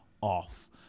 off